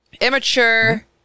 Immature